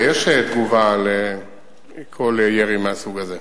ויש תגובה על כל ירי מהסוג הזה.